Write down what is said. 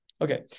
Okay